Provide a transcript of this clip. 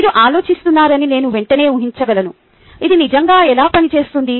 మీరు ఆలోచిస్తున్నారని నేను వెంటనే ఊహించగలను ఇది నిజంగా ఎలా పని చేస్తుంది